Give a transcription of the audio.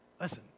Listen